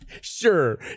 Sure